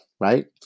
right